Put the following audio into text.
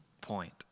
point